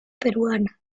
peruana